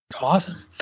awesome